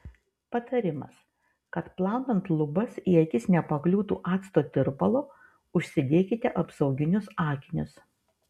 patarimas kad plaunant lubas į akis nepakliūtų acto tirpalo užsidėkite apsauginius akinius